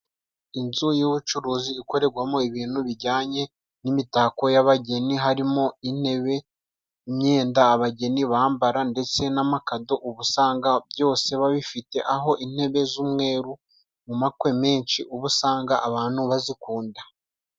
Inzu y'ubucuruzi ikorerwamo ibintu bijyanye n'imitako y'abageni, harimo intebe imyenda abageni bambara ndetse n'amakado, uba usanga byose babifite, aho intebe z'umweru mu makwe menshi ubu usanga abantu bazikunda.